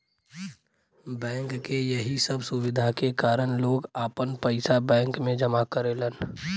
bank के यही सब सुविधा के कारन लोग आपन पइसा बैंक में जमा करेलन